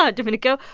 ah domenico.